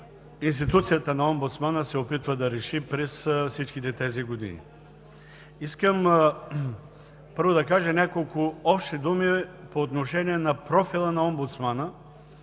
институцията на Омбудсмана се опитва да реши през всичките тези години. Искам първо да кажа няколко общи думи по отношение на профила на омбудсмана,